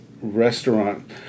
restaurant